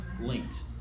linked